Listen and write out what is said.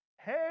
Hey